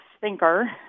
thinker